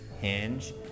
hinge